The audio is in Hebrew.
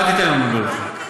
אל תיתן להן לבלבל אותך.